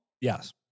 Yes